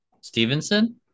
Stevenson